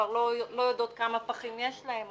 כבר לא יודעות כמה פחים יש להן,